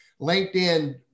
LinkedIn